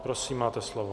Prosím, máte slovo.